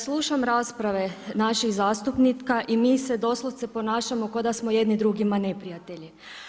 Slušam rasprave naših zastupnika i mi se doslovce ponašamo kao da smo jedni drugima neprijatelji.